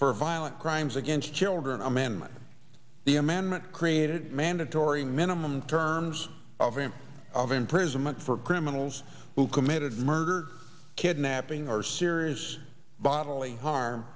for violent crimes against children amendment the amendment created mandatory minimum terms of him of imprisonment for criminals who committed murder kidnapping or serious bodily harm